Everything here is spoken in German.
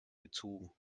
gezogen